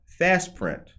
Fastprint